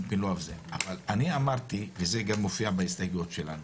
אבל אני אמרתי, וזה גם מופיע בהסתייגויות שלנו,